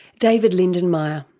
david lindenmayer.